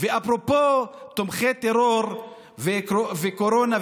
ואפרופו תומכי טרור וקורונה,